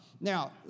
now